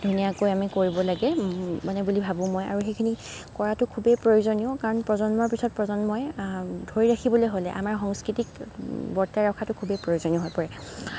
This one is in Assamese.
ধুনীয়াকৈ আমি কৰিব লাগে মানে বুলি ভাবোঁ মই আৰু সেইখিনি কৰাতো খুবেই প্ৰয়োজনীয় কাৰণ প্ৰজন্মৰ পিছত প্ৰজন্মই ধৰি ৰাখিবলৈ হ'লে আমাৰ সংস্কৃতিক বৰ্তাই ৰখাটো খুবেই প্ৰয়োজনীয় হৈ পৰে